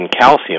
calcium